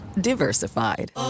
diversified